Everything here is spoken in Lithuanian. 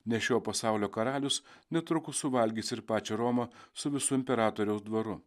ne šio pasaulio karalius netrukus suvalgys ir pačią romą su visu imperatoriaus dvaru